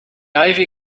ivy